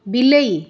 ବିଲେଇ